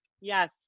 Yes